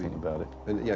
about it. and, yeah,